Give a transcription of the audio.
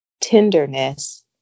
tenderness